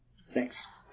Thanks